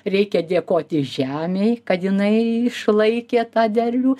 reikia dėkoti žemei kad jinai išlaikė tą derlių